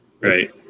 right